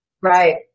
Right